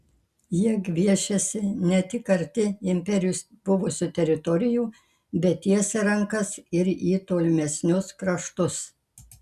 jie gviešiasi ne tik arti imperijos buvusių teritorijų bet tiesia rankas ir į tolimesnius kraštus